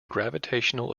gravitational